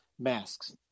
masks